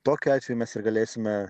tokiu atveju mes ir galėsime